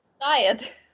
diet